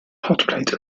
hotplate